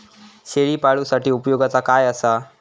शेळीपाळूसाठी उपयोगाचा काय असा?